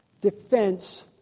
defense